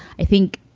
i think,